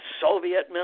Soviet